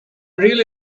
really